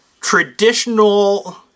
traditional